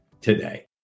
today